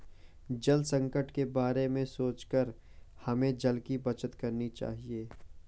जल संकट के बारे में सोचकर हमें जल की बचत करनी चाहिए